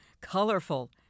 colorful